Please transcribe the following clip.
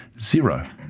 zero